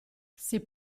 c’est